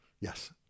Yes